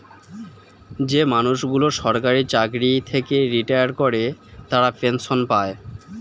যে মানুষগুলো সরকারি চাকরি থেকে রিটায়ার করে তারা পেনসন পায়